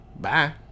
bye